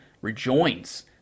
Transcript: rejoins